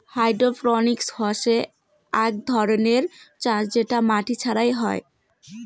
hydroponics হসে আক ধরণের চাষ যেটা মাটি ছাড়া হই